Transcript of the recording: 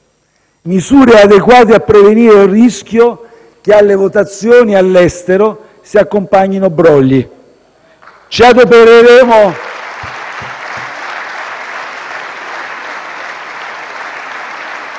misure adeguate a prevenire il rischio che alle votazioni all'estero si accompagnino brogli. *(Applausi